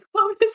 promise